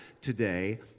today